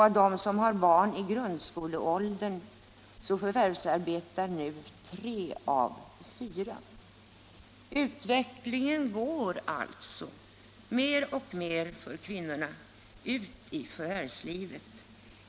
Av dem som har barn i grundskoleåldern förvärvsarbetar nu tre av fyra. Utvecklingen går alltså mer och mer mot att kvinnorna kommer ut i förvärvslivet.